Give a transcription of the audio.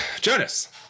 Jonas